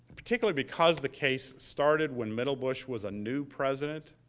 particularly because the case started when middlebush was a new president,